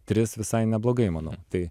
tris visai neblogai manau tai